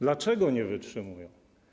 Dlaczego nie wytrzymują?